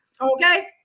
Okay